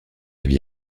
vie